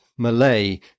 Malay